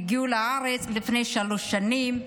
הגיעה לארץ לפני שלוש שנים.